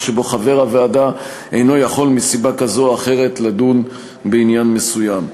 שבו חבר הוועדה אינו יכול מסיבה כזו או אחרת לדון בעניין מסוים.